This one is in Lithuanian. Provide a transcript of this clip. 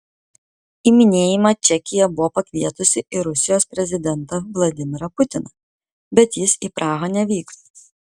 į minėjimą čekija buvo pakvietusi ir rusijos prezidentą vladimirą putiną bet jis į prahą nevyks